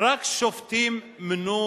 רק שופטים מונו